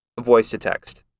voice-to-text